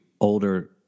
older